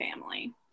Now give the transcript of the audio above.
family